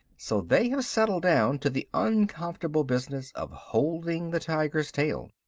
so they have settled down to the uncomfortable business of holding the tiger's tail.